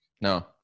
No